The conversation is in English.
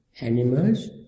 animals